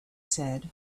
said